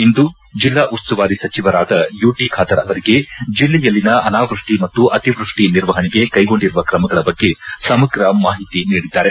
ಇಂದು ಜಿಲ್ಡಾ ಉಸ್ತುವಾರಿ ಸಚಿವರಾದ ಯು ಟಿ ಖಾದರ್ ಅವರಿಗೆ ಜಿಲ್ಲೆಯಲ್ಲಿನ ಅನಾವೃಷ್ಟಿ ಮತ್ತು ಅತಿವೃಷ್ಟಿ ನಿರ್ವಹಣೆಗೆ ಕೈಗೊಂಡಿರುವ ಕ್ರಮಗಳ ಬಗ್ಗೆ ಸಮಗ್ರ ಮಾಹಿತಿ ನೀಡಿದ್ದಾರೆ